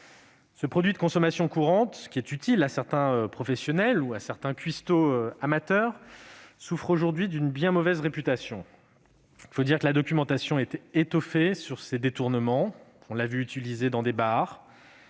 Ce produit de consommation courante, utile à certains professionnels ou à certains cuisiniers amateurs, souffre aujourd'hui d'une bien mauvaise réputation. Il faut dire que la documentation est étoffée sur ses détournements. On l'a vu utilisé dans des bars,